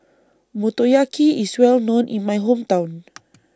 Motoyaki IS Well known in My Hometown